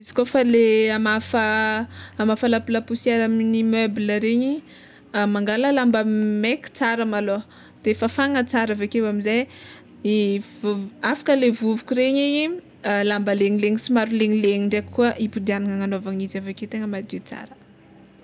Izy kôfa le hamafa hamafa lapolaposiera amy meuble regny mangala lamba meky tsara malôha de fafagna tsara aveke amizay i vovoko, afaka le vovoko regny igny lamba legnilegny somary legnilegny ndraiky koa himpodiagnana hagnanaovana izy aveke tegna madio tsara.